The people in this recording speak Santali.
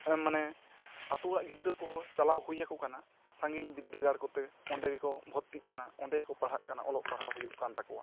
ᱢᱟᱱᱮ ᱟᱛᱳ ᱚᱲᱟᱜ ᱜᱤᱫᱽᱨᱟᱹ ᱠᱚ ᱦᱚᱸ ᱪᱟᱞᱟᱣ ᱦᱩᱭ ᱟᱠᱚ ᱠᱟᱱᱟ ᱥᱟᱺᱜᱤᱧ ᱵᱤᱨᱫᱟᱹᱜᱟᱲ ᱠᱚᱛᱮ ᱚᱸᱰᱮ ᱜᱮ ᱠᱚ ᱵᱷᱩᱨᱛᱤ ᱠᱟᱱᱟ ᱚᱸᱰᱮ ᱜᱮᱠᱚ ᱯᱟᱲᱦᱟᱜ ᱠᱟᱱᱟ ᱚᱞᱚᱜ ᱯᱟᱲᱦᱟᱣ ᱦᱩᱭᱩᱜ ᱠᱟᱱ ᱛᱟᱠᱚᱣᱟ